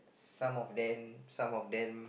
some of them some of them